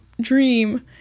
Dream